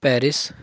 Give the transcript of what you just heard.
Paris